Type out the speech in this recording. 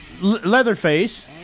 Leatherface